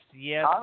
yes